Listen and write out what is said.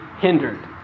hindered